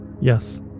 Yes